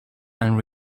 and